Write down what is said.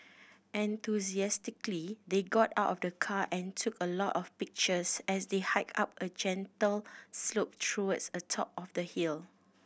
enthusiastically they got out of the car and took a lot of pictures as they hiked up a gentle slope towards the top of the hill